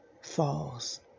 falls